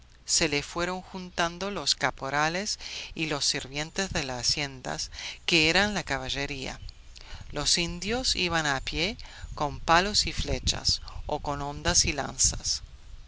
se le fueron juntando los caporales y los sirvientes de las haciendas que eran la caballería los indios iban a pie con palos y flechas o con hondas y lanzas